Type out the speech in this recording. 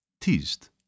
teased